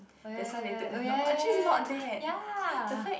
oh ya ya ya ya oh ya ya ya ya ya ya